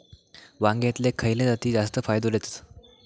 वांग्यातले खयले जाती जास्त फायदो देतत?